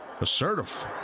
Assertive